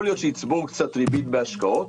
יכול להיות שיצבור קצת ריבית בהשקעות,